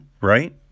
right